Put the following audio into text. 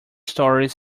stories